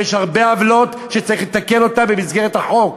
ויש הרבה עוולות שצריך לתקן במסגרת החוק,